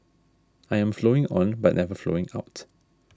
I am flowing on but never flowing out